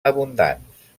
abundants